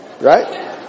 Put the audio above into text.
Right